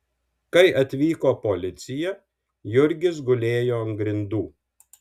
kai atvyko policija jurgis gulėjo ant grindų